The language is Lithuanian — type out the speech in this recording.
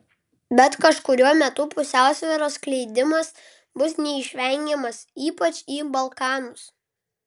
bet kažkuriuo metu pusiausvyros skleidimas bus neišvengiamas ypač į balkanus